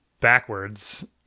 backwards